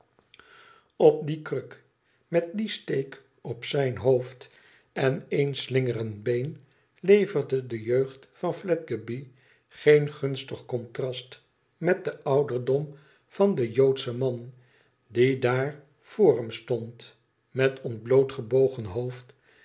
op die kruk met dien steek op zijn hoofd en één slingerend been leverde de jeugd van fledgeby geen gunstig contrast met den ouderdom van den joodschen man die daar voor hem stonde met ontbloot gebogen hoofd